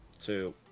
two